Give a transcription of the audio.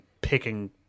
picking